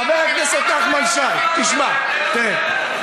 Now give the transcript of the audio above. חבר הכנסת נחמן שי, תשמע, תראה.